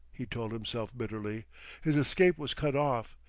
he told himself bitterly his escape was cut off.